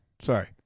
Sorry